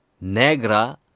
negra